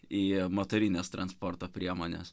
į motorines transporto priemones